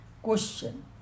question